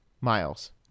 miles